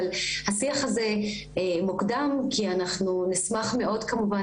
אבל השיח הזה מוקדם כי אנחנו נשמח מאוד כמובן